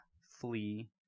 flee